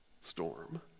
storm